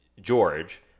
George